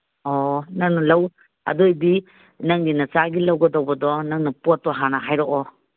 ꯑꯣ ꯅꯪꯅ ꯑꯗꯨꯏꯗꯤ ꯅꯪꯒꯤ ꯅꯆꯥꯒꯤ ꯂꯧꯒꯗꯧꯕꯗꯣ ꯅꯪꯅ ꯄꯣꯠꯇꯣ ꯍꯥꯟꯅ ꯍꯥꯏꯔꯛꯑꯣ